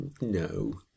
no